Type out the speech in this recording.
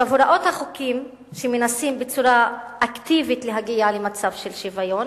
הוראות החוקים שמנסים בצורה אקטיבית להגיע למצב של שוויון